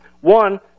One